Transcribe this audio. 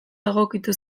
egokitu